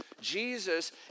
Jesus